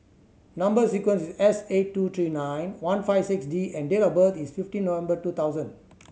number sequence is S eight two three nine one five six D and date of birth is fifteen November two thousand